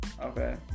Okay